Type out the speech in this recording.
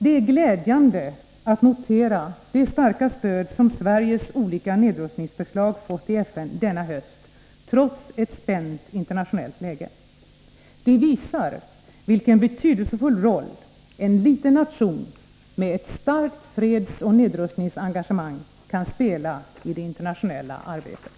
Det är glädjande att notera det starka stöd som Sveriges olika nedrustningsförslag fått i FN denna höst trots ett spänt internationellt läge. Det visar vilken betydelsefull roll en liten nation med ett starkt fredsoch nedrustningsengagemang kan spela i det internationella arbetet.